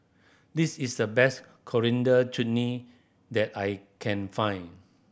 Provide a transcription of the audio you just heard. this is the best Coriander Chutney that I can find